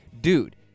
dude